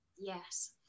yes